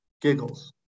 giggles